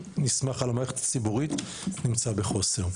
ונסמך על המערכת הציבורית נמצא בחוסר.